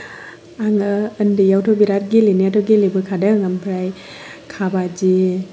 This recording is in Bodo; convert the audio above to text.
आङो उन्दैयावथ' बिराद गेलेनायाथ' गेलेबोखादों ओमफ्राय काबादि